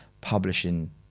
publishing